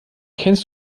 kennst